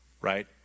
Right